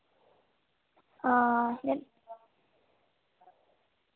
हां